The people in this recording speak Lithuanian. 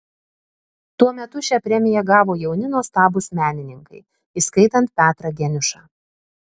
tuo metu šią premiją gavo jauni nuostabūs menininkai įskaitant petrą geniušą